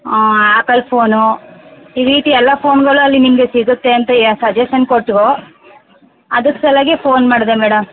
apple phone ಈ ರೀತಿ ಎಲ್ಲ ಫೋನ್ಗಳು ಅಲ್ಲಿ ನಿಮಗೆ ಸಿಗುತ್ತೆ ಅಂತ ಯ ಸಜೆಶನ್ ಕೊಟ್ಟಳು ಅದ್ರ ಸಲ್ವಾಗಿ ಫೋನ್ ಮಾಡಿದೆ ಮೇಡಮ್